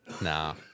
Nah